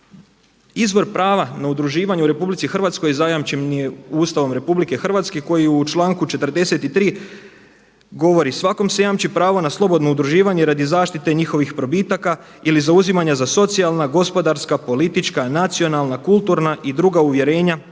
Izvor prava na udruživanja u Republici Hrvatskoj zajamčen je Ustavom RH koji u članku 43. govori: „Svakom se jamči pravo na slobodno udruživanje radi zaštite njihovih probitaka ili zauzimanja za socijalna, gospodarska, politička, nacionalna, kulturna i druga uvjerenja